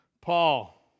Paul